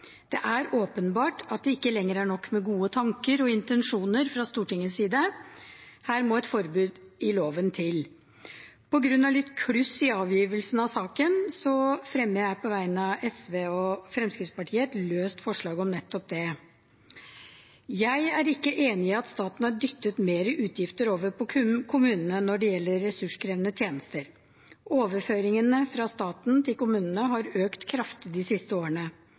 Det er åpenbart at det ikke lenger er nok med gode tanker og intensjoner fra Stortingets side. Her må et forbud i loven til. På grunn av litt kluss i avgivelsen av saken fremmer jeg på vegne av SV og Fremskrittspartiet et løst forslag om nettopp det. Jeg er ikke enig i at staten har dyttet mer utgifter over på kommunene når det gjelder ressurskrevende tjenester. Overføringene fra staten til kommunene har økt kraftig de siste årene.